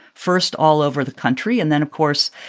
first all over the country and then, of course,